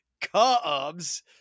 Cubs